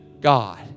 god